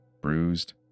Bruised